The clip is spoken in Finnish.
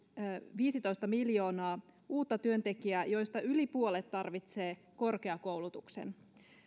viisitoista miljoonaa uutta työntekijää joista yli puolet tarvitsee korkeakoulutuksen